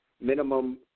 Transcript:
Minimum